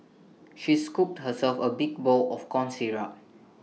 she scooped herself A big bowl of corn syrup